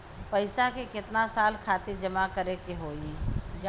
पैसा के कितना साल खातिर जमा करे के होइ?